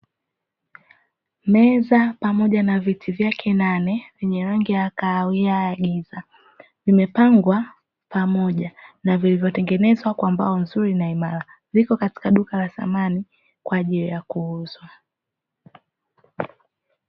Meza pamoja na viti vyake nane, vyenye rangi ya kahawia ya giza vimepangwa pamoja, na vilivyotengenezwa kwa mbao nzuri na imara viko katika duka la samani kwaajili ya kuuzwa.